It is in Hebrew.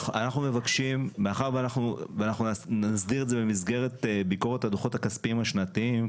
מאחר שנסדיר את זה במסגרת ביקורת הדוחות הכספיים השנתיים,